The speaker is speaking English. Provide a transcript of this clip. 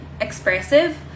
expressive